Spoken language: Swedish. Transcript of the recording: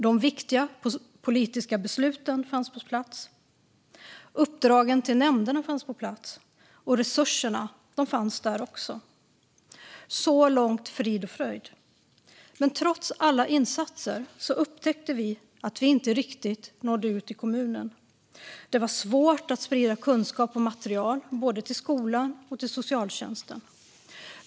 De viktiga politiska besluten fanns på plats, uppdragen till nämnderna fanns på plats och resurserna fanns också. Så långt frid och fröjd, men trots alla insatser upptäckte vi att vi inte riktigt nådde ut i kommunen. Det var svårt att sprida kunskap och material både till skola och till socialtjänst.